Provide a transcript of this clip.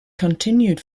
continued